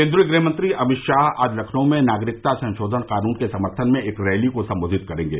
केन्द्रीय गृह मंत्री अमित शाह आज लखनऊ में नागरिकता संशोधन कानून के समर्थन में एक रैली को संबोधित करेंगे